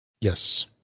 Yes